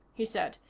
he said.